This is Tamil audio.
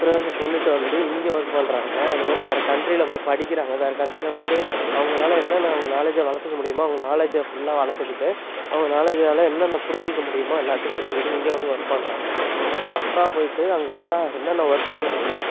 அப்புறோம் அத கொண்டுகிட்டு வந்து இங்கே ஒர்க் பண்ணுறாங்க அந்த மாதிரி வேறு கண்ட்ரியில போய் படிக்கிறாங்க அந்த கண்ட்ரியில போயிவிட்டு அவங்களால என்னென்ன அவங்க நாலேட்ஜை வளர்த்துக்க முடியுமோ அவங்க நாலேட்ஜை ஃபுல்லாக வளர்த்துக்கிட்டு அவங்க நாலேட்ஜால் என்னென்ன புரிஞ்சிக்க முடியுமோ எல்லாத்தையும் புரிஞ்சிக்கிட்டு இங்கே வந்து ஒர்க் பண்ணுறாங்க ஒரு டாக்ட்ராக போயிவிட்டு அங்கே எல்லா என்னென்ன ஒர்க் பண்ணணுமோ